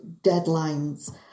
deadlines